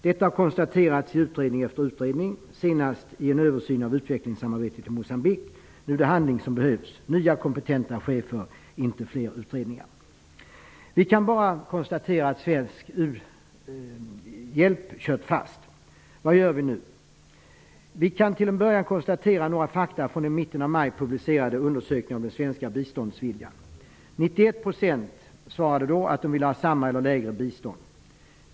Detta har konstaterats i utredning efter utredning, senast i en översyn av utvecklingssamarbetet med Moçambique. Nu är det handling som behövs -- nya kompetenta chefer, inte fler utredningar. Vi kan bara konstatera att svensk u-hjälp kört fast. Vad gör vi? Vi kan till en början konstatera några fakta från den i mitten av maj publicerade undersökningen av den svenska biståndsviljan. 91 % svarade då att de ville ge samma eller lägre bistånd.